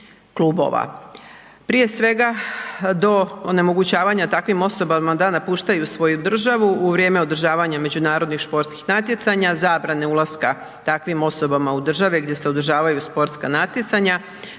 klubova. Prije svega, do onemogućavanja takvim osobama da napuštaju svoju državu, u vrijeme održavanja međunarodnih športskih natjecanja, zabrane ulaska takvim osobama u državi gdje se održavaju sportska natjecanja